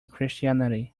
christianity